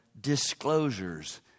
disclosures